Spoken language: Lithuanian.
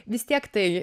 vis tiek tai